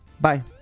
bye